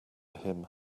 him